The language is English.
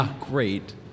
great